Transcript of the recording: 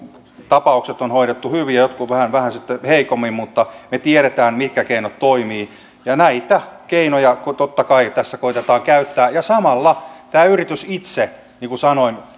tapaukset on hoidettu hyvin ja jotkut sitten vähän heikommin mutta me tiedämme mitkä keinot toimivat näitä keinoja totta kai tässä koetetaan käyttää ja samalla tämä yritys itse niin kuin sanoin